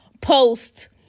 post